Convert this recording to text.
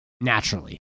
Naturally